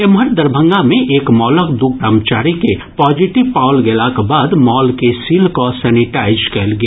एम्हर दरभंगा मे एक मॉलक दू कर्मचारी के पॉजिटिव पाओल गेलाक बाद मॉल के सील कऽ सैनिटाइज कयल गेल